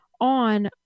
on